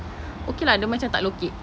okay lah dia macam tak lokek